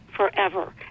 forever